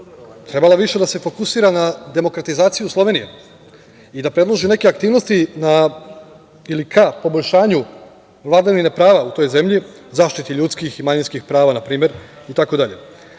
trebala više da se fokusira na demokratizaciju Slovenije i da predloži neke aktivnosti ka poboljšanju vladavine prava u toj zemlji, zaštiti ljudskih i manjinskih prava, na primer,